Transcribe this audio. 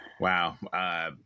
Wow